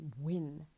win